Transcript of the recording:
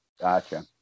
Gotcha